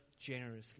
generously